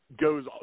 goes